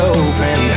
open